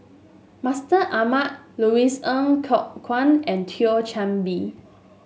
Mustaq Ahmad Louis Ng Kok Kwang and Thio Chan Bee